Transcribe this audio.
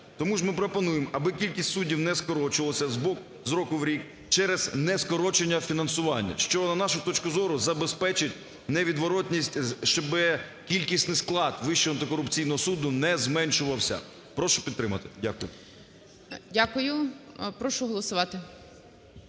Тому ми пропонуємо, аби кількість суддів не скорочувалася з року в рік через нескорочення фінансування, що, на нашу точку зору, забезпечить невідворотність, щоб кількісний склад Вищого антикорупційного суду не зменшувався. Прошу підтримати. Дякую. ГОЛОВУЮЧИЙ. Дякую. Прошу голосувати.